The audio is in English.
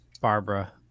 barbara